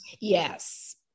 Yes